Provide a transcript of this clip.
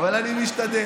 אבל אני משתדל.